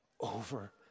over